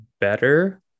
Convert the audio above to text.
better